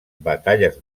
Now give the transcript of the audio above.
batalles